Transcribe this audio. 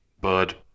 Bud